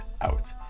out